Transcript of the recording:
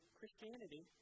Christianity